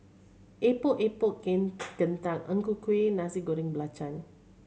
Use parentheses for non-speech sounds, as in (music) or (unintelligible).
Epok Epok (unintelligible) kentang Ang Ku Kueh Nasi Goreng Belacan